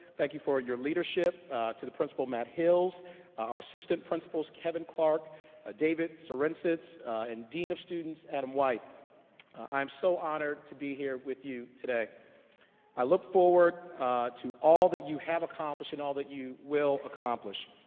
thank you for your leadership to the principal matt hills our assistant principals kevin clark ah david serensits and dean of students adam white i'm so honored to be here with you today i look forward to all that you have accomplished and all that you will accomplish.